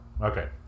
Okay